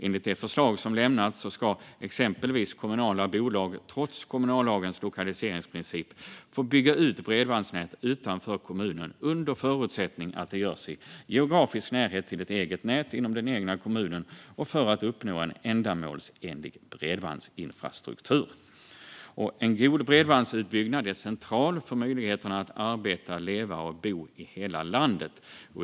Enligt det förslag som lämnats ska exempelvis kommunala bolag, trots kommunallagens lokaliseringsprincip, få bygga ut bredbandsnät utanför kommunen under förutsättning att det görs i geografisk närhet till ett eget nät inom den egna kommunen och för att uppnå en ändamålsenlig bredbandsinfrastruktur. En god bredbandsutbyggnad är central för möjligheterna att arbeta, leva och bo i hela landet.